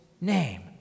name